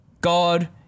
God